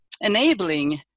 enabling